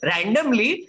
Randomly